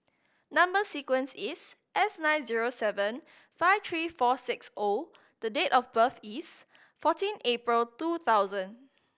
number sequence is S nine zero seven five three four six O the date of birth is fourteen April two thousand